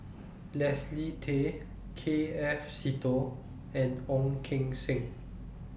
Leslie Tay K F Seetoh and Ong Keng Sen